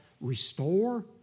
restore